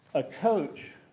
a coach